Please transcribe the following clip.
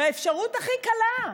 באפשרות הכי קלה,